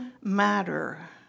matter